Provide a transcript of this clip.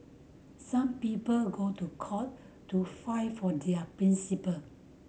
some people go to court to fight for their principle